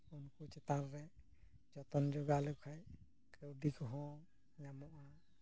ᱩᱱᱠᱩ ᱪᱮᱛᱟᱱ ᱨᱮ ᱡᱚᱛᱚᱱ ᱡᱚᱜᱟᱣ ᱞᱮᱠᱚ ᱠᱷᱟᱱ ᱠᱟᱹᱣᱰᱤ ᱠᱚᱦᱚᱸ ᱧᱟᱢᱚᱜᱼᱟ